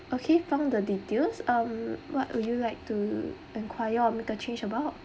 okay from the details um what would you like to enquire or make a change about